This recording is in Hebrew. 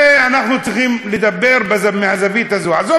אנחנו צריכים לדבר מהזווית הזאת.